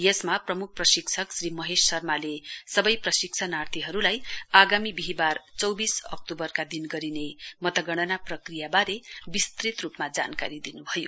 यसमा प्रमुख प्रशिक्षक श्री महेश शर्माले सबै प्रशिक्षणार्थीहरूलाई आगामी बिहीबार चौबिस अक्टूबरका दिन गरिने मतगणना प्रक्रियाबारे विस्तृत रूपमा जानकारी दिनुभयो